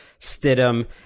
Stidham